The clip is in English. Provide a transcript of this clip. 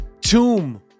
tomb